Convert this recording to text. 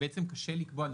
קשה לקבוע.